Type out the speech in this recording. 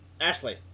Ashley